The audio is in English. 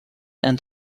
and